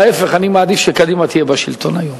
ההיפך, אני מעדיף שקדימה תהיה בשלטון היום.